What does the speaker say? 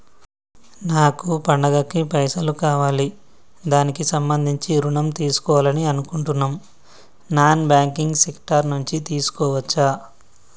నాకు పండగ కి పైసలు కావాలి దానికి సంబంధించి ఋణం తీసుకోవాలని అనుకుంటున్నం నాన్ బ్యాంకింగ్ సెక్టార్ నుంచి తీసుకోవచ్చా?